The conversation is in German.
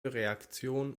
reaktion